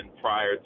prior